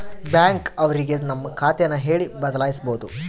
bank ಅವ್ರಿಗೆ ನಮ್ ಖಾತೆ ನ ಹೇಳಿ ಬದಲಾಯಿಸ್ಬೋದು